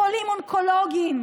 חולים אונקולוגיים,